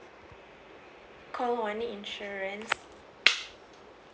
call one insurance